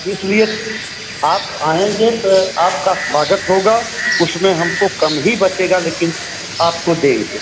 इसलिए आप आएँगे तो आपका स्वागत होगा उसमें हमको कम ही बचेगा लेकिन आपको देंगे